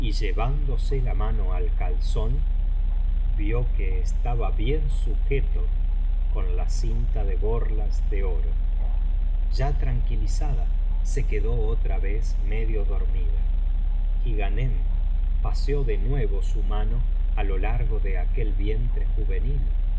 y llevándose la mano al calzón vio que estaba bien sujeto con la cinta de borlas de oro ya tranquilizada se quedó otra vez medio dormida y grhanem paseó de nuevo su mano á lo largo de aquel vientre juvenil